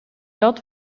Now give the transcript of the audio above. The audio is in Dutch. dat